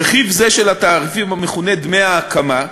רכיב זה של התעריפים, המכונה "דמי הקמה",